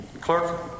Clerk